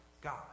God